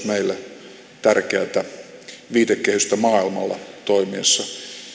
meille tärkeätä viitekehystä maailmalla toimiessa